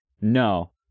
no